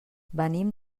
venim